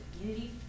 community